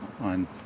on